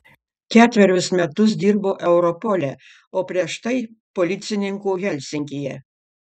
ketverius metus dirbo europole o prieš tai policininku helsinkyje